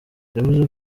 yavuze